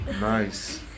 Nice